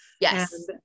Yes